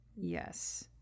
Yes